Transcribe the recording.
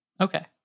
Okay